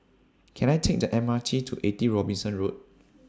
Can I Take The M R T to eighty Robinson Road